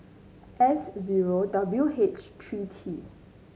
S zero W H three T